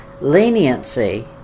leniency